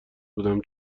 بودم